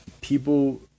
people